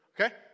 Okay